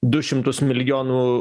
du šimtus milijonų